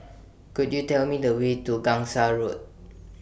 Could YOU Tell Me The Way to Gangsa Road